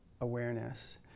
awareness